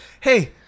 hey